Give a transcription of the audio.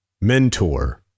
mentor